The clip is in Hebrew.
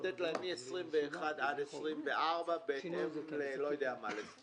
לתת להם מ-21 עד 24 כמו לסטודנטים.